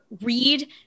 read